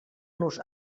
nos